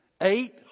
eight